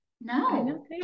no